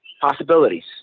possibilities